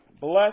Bless